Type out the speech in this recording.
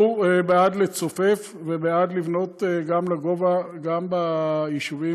אנחנו בעד לצופף ובעד לבנות גם לגובה, גם ביישובים